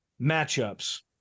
matchups